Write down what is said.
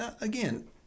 Again